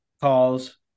calls